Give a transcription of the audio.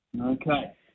Okay